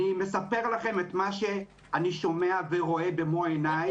אני מספר לכם את מה שאני שומע ורואה במו עיניי בהרבה מאוד בתי ספר.